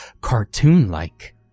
cartoon-like